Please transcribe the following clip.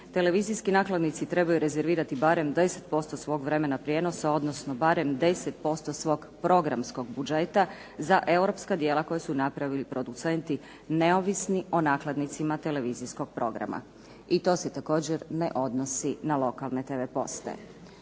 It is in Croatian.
Televizijski nakladnici trebaju rezervirati barem 10% svog vremena prijenosa, odnosno barem 10% svog programskog budžeta za europska djela koja su napravili producenti, neovisni o nakladnicima televizijskog programa. I to se također ne odnosi na lokalne tv postaje.